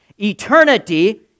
Eternity